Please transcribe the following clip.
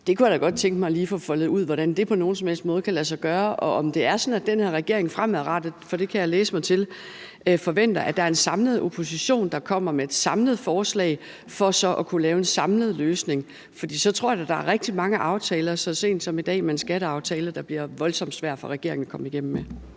Der kunne jeg da godt tænke mig lige at få foldet ud, hvordan det på nogen som helst måde kan lade sig gøre, og om det er sådan, at den her regering fremadrettet forventer – for det kan jeg læse mig til – at der er en samlet opposition, der kommer med et samlet forslag for så at kunne lave en samlet løsning. For så tror jeg da, at der er rigtig mange aftaler, senest skatteaftalen fra i dag, der bliver voldsomt svære for regeringen at komme igennem med.